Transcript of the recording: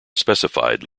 specified